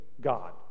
god